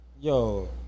yo